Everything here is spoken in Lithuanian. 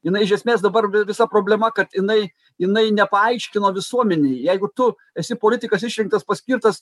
jinai iš esmės dabar visa problema kad jinai jinai nepaaiškino visuomenei jeigu tu esi politikas išrinktas paskirtas